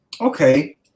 okay